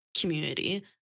community